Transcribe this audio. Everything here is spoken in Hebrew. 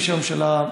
בשם הממשלה,